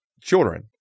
children